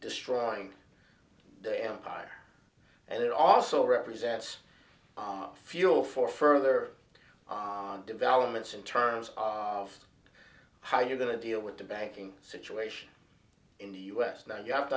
destroying the empire and it also represents fuel for further developments in terms of how you're going to deal with the banking situation in the u s now you have to